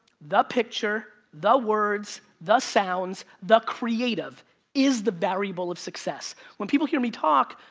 the picture, the words, the sounds, the creative is the variable of success. when people hear me talk.